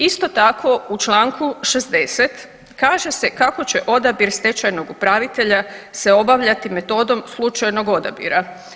Isto tako u čl. 60. kaže se kako će odabir stečajnog upravitelja se obavljati metodom slučajnog odabira.